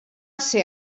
ser